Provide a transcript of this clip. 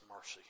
mercy